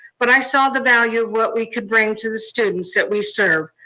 but i saw the value of what we could bring to the students that we serve.